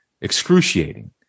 excruciating